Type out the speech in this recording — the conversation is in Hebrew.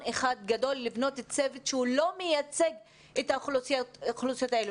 אחד גדול לבנות צוות שלא מייצג את האוכלוסיות האלה.